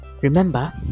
remember